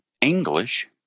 English